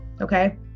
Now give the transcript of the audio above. Okay